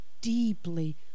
deeply